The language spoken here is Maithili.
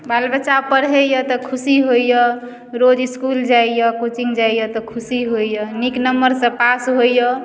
बाल बच्चा पढ़ैया तऽ खुशी होइया रोज इसकुल जाइया कोचिंग जाइया तऽ खुशी होइया नीक नम्बरसँ पास होइया तऽ